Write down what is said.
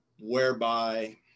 whereby